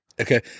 Okay